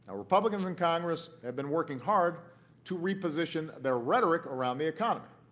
republicans in congress have been working hard to reposition their rhetoric around the economy.